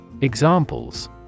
Examples